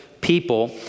People